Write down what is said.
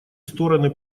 стороны